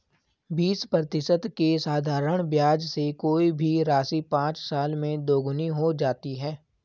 बीस प्रतिशत के साधारण ब्याज से कोई भी राशि पाँच साल में दोगुनी हो जाती है